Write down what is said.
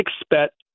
expect